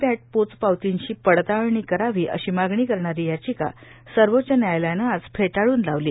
पॅट पोचपावतींशी पडताळणी करावी अशी मागणी करणारी याचिका सर्वोच्च न्यायालयानं आज फेटाळून लावली